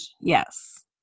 Yes